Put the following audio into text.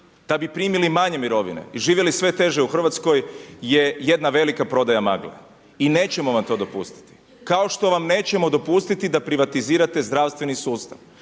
da bi primili manje mirovine i živjeli sve teže u Hrvatskoj je jedna velika prodaja magle. I nećemo vam to dopustiti. Kao što vam nećemo dopustiti da privatizirate zdravstveni sustav.